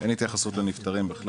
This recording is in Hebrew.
ואין התייחסות להסעת נפטרים.